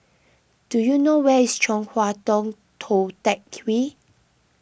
do you know where is Chong Hua Tong Tou Teck Hwee